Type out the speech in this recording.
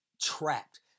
trapped